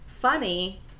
Funny